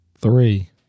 Three